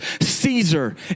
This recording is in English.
Caesar